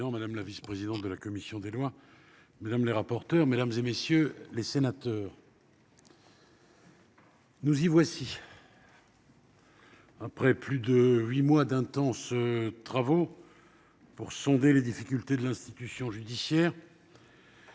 madame la vice-présidente de la commission des lois, mesdames les rapporteures, mesdames, messieurs les sénateurs, nous y voici ! Après plus de huit mois d'intenses travaux, pour sonder les difficultés de l'institution judiciaire,